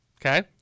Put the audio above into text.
Okay